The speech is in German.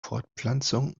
fortpflanzung